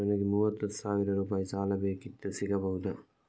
ನನಗೆ ಮೂವತ್ತು ಸಾವಿರ ರೂಪಾಯಿ ಸಾಲ ಬೇಕಿತ್ತು ಸಿಗಬಹುದಾ?